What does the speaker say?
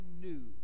new